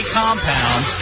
compound